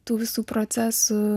tų visų procesų